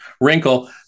wrinkle